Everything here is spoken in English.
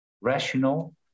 rational